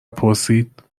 پرسید